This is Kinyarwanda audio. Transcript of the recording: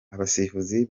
abasifuzi